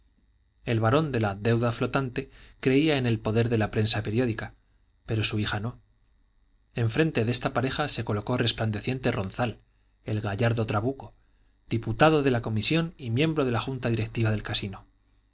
el barón de la deuda flotante creía en el poder de la prensa periódica pero su hija no enfrente de esta pareja se colocó resplandeciente ronzal el gallardo trabuco diputado de la comisión y miembro de la junta directiva del casino